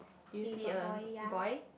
do you see a boy